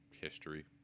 history